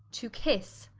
to kisse